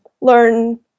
learn